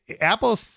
Apple